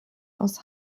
aus